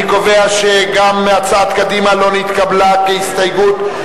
אני קובע שגם הצעת קדימה לא נתקבלה כהסתייגות.